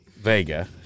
Vega